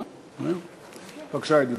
בבקשה, ידידי.